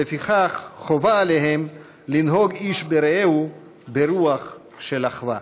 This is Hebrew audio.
ולפיכך חובה עליהם לנהוג איש ברעהו ברוח של אחווה".